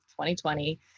2020